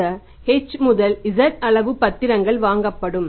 இந்த h z அளவு பத்திரங்கள் வாங்கப்படும்